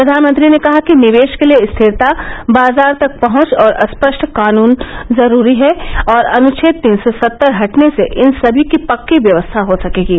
प्रधानमंत्री ने कहा कि निवेश के लिए स्थिरता बाजार तक पहंच और ंस्पष्ट कानून जरूरी हैं और अनुच्छेद तीन सौ सत्तर हटने से इन सभी की पक्की व्यवस्था हो सकेगो